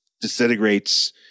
disintegrates